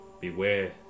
beware